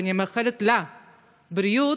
ואני מאחלת לה בריאות,